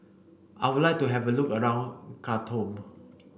I would like to have a look around Khartoum